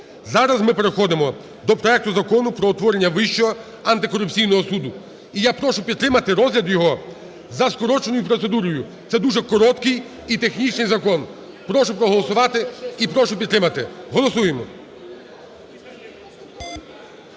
Зараз ми переходимо до проекту Закону про утворення Вищого антикорупційного суду. І я прошу підтримати розгляд його за скороченою процедурою, це дуже короткий і технічний закон. Прошу проголосувати і прошу підтримати. Голосуємо.